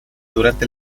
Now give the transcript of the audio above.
durante